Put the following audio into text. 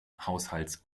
haushalts